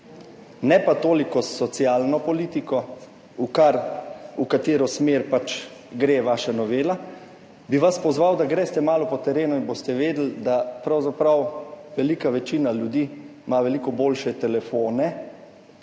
ne pa toliko s socialno politiko, v katero smer pač gre vaša novela, bi vas pozval, da greste malo po terenu in boste vedeli, da pravzaprav velika večina ljudi ima veliko boljše telefone,